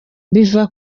biva